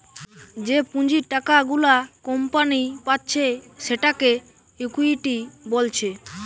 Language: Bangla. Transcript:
যে পুঁজির টাকা গুলা কোম্পানি পাচ্ছে সেটাকে ইকুইটি বলছে